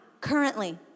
currently